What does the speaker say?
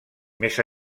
més